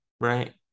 right